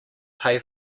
pay